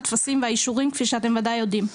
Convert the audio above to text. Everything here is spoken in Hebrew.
הטפסים והאישורים כפי שאתם ודאי יודעים.